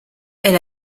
elle